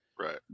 right